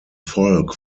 folk